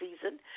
season